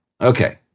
Okay